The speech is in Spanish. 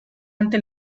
ante